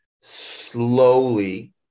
slowly